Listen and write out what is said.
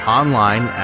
online